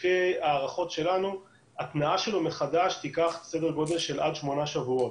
לפי הערכות שלנו ההתנעה שלו מחדש תיקח סדר גודל של עד שמונה שבועות.